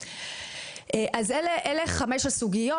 אלה חמש הסוגיות.